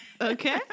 Okay